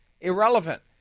irrelevant